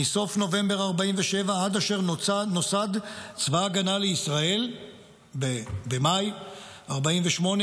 מסוף נובמבר 1947 עד אשר נוסד צבא ההגנה לישראל במאי 48,